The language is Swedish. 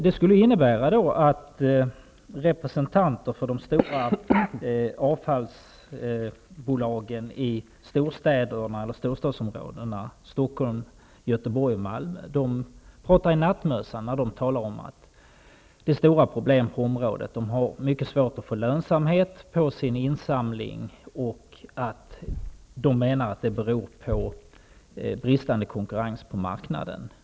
Det skulle då innebära att representanter för de stora avfallsbolagen i storstadsområdena -- Stockholm, Göteborg och Malmö -- pratar i nattmössan när de talar om att det är stora problem på området; de har mycket svårt att få lönsamhet på sin insamling och menar att det beror på bristande konkurrens på marknaden.